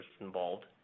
involved